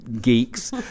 geeks